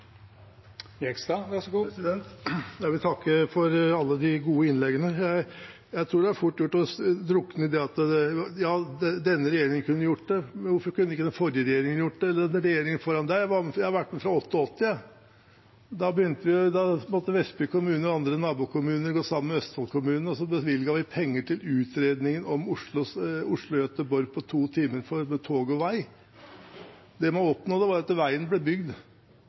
fort gjort å drukne i det at – ja, denne regjeringen kunne gjort det, men hvorfor kunne ikke den forrige regjeringen gjort det, eller den regjeringen før der? Jeg har vært med fra 1988. Da måtte Vestby og andre nabokommuner gå sammen med Østfold-kommunene, og så bevilget vi penger til utredningen om strekningen Oslo–Göteborg for tog og vei på to timer. Det man oppnådde, var at veien ble bygd.